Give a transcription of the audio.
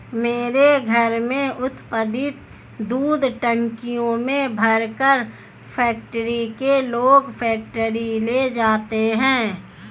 मेरे घर में उत्पादित दूध टंकियों में भरकर फैक्ट्री के लोग फैक्ट्री ले जाते हैं